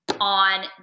on